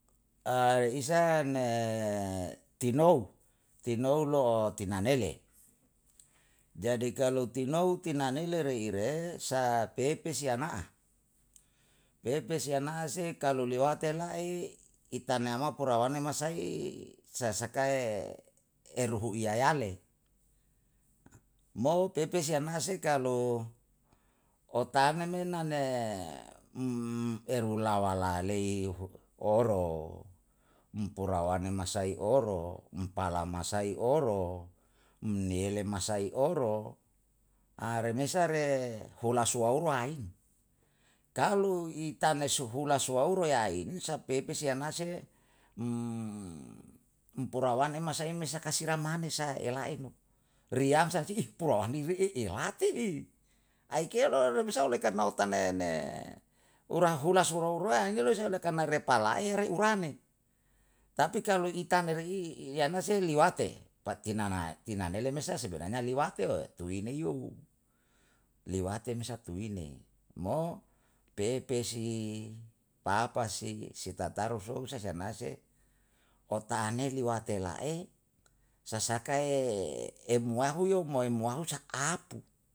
Ae isa ne tino, tino no'o tinanele. Jadi kali tinou tinanele reire, sapepesi ana'a, pepesi ana'a se kalu lewate la'e itaneyama purawanamasai sasakae eruhu iyayale. Mou pepesi anase kalu otane mena ne um rewulawa lalei oro, umpurawane masa i oro, umpalasai i oro, um niele masai i oro, remesa re hula suwauru ain. Kalu itane suhula suwauru yain sapepe si anase umpurawane masa imme saka sira mane sa'a elae mo riyam sa si ih pulawane re'e elate'e, aikelo ro bisai oleh karna otanayen urahula sulaura ne lo karna repalae rai urane, tapi itane re'i yanase liwate, patinanae tinanele me sa sebenarnya liwateo, tuine yo. Liwate sa tuine, mo pepesi papasi si tataru sou sa si anase otane liwate la'e sasakae emwahu yo muwae muaru saapu